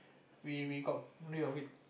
we we got rid of it